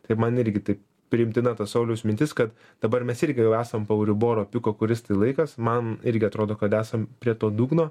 tai man irgi tai priimtina ta sauliaus mintis kad dabar mes irgi jau esam po euriboro piko kuris tai laikas man irgi atrodo kad esam prie to dugno